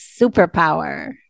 superpower